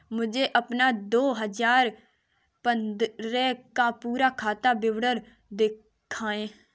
मुझे अपना दो हजार पन्द्रह का पूरा खाता विवरण दिखाएँ?